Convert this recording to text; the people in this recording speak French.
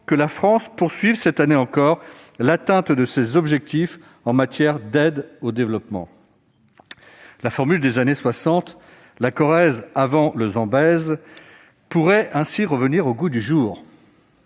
que la France cherche cette année encore à atteindre ses objectifs en matière d'aide au développement. La formule des années 1960 « La Corrèze avant le Zambèze » pourrait ainsi revenir au goût du jour